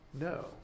No